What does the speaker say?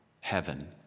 heaven